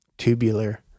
Tubular